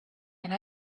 and